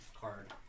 card